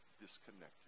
disconnected